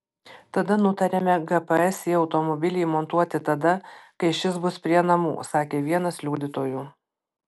tada nutarėme gps į automobilį įmontuoti tada kai šis bus prie namų sakė vienas liudytojų